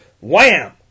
Wham